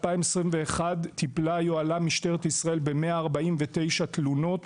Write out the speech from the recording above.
2021 טיפלה יוהל"ם משטרת ישראל ב-149 תלונות.